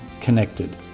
connected